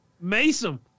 Mason